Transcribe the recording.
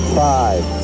five